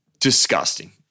disgusting